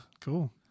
Cool